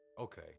Okay